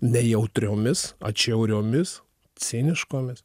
nejautriomis atšiauriomis ciniškomis